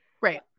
Right